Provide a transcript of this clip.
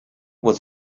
was